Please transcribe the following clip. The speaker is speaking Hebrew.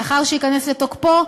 לאחר שייכנס לתוקפו,